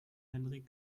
henrik